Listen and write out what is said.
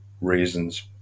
reasons